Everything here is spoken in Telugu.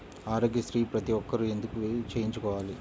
ఆరోగ్యశ్రీ ప్రతి ఒక్కరూ ఎందుకు చేయించుకోవాలి?